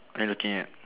are you looking at